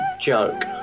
Joke